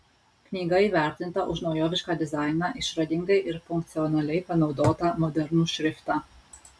knyga įvertinta už naujovišką dizainą išradingai ir funkcionaliai panaudotą modernų šriftą